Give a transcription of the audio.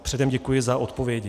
Předem děkuji za odpovědi.